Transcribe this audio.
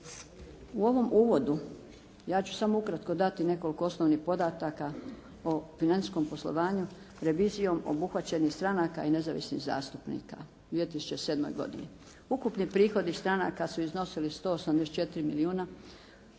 U ovom uvodu ja ću samo ukratko dati samo nekoliko osnovnih podataka o financijskom poslovanju revizijom obuhvaćenih stranaka i nezavisnih zastupnika u 2007. godini. Ukupni prihodi stranaka su iznosili 184 milijuna